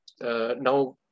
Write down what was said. Now